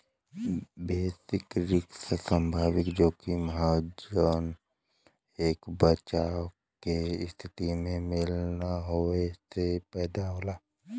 basis risk संभावित जोखिम हौ जौन एक बचाव के स्थिति में मेल न होये से पैदा होला